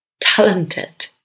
Talented